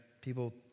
People